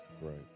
Right